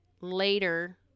later